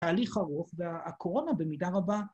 תהליך ארוך, והקורונה במידה רבה.